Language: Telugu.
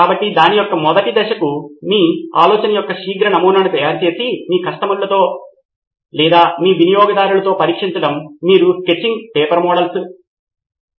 ఉపాధ్యాయుడు కేటాయించే పరిపాలనా బృందం లేదా పాఠశాల సమయ పరంగా జాగ్రత్తగా చూసుకోవటానికి సిద్ధం చేయాల్సిన ఈ కార్యాచరణను కేటాయించినంత కాలం మరియు వారు దానితో బాగానే ఉంటారు లేదా బహుశా అది వారి మూల్యాంకనం లేదా అవి ఎలా శ్రేణి బడ్డాయి మరియు అంచనాతో ముడిపడి ఉంటుంది